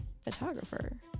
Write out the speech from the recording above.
Photographer